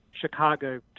Chicago